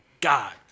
God